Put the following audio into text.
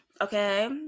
Okay